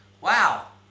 Wow